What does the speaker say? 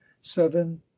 seven